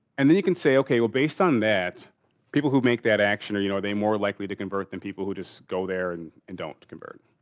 and then you can say, okay, well, based on that people who make that action or, you know, they're more likely to convert than people who just go there and and don't convert.